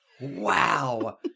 Wow